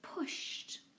pushed